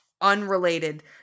Unrelated